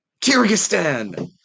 Kyrgyzstan